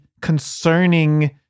concerning